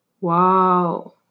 Wow